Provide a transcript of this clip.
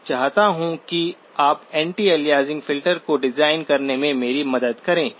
मैं चाहता हूं कि आप एंटी अलियासिंग फिल्टर को डिजाइन करने में मेरी मदद करें